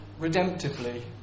redemptively